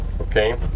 okay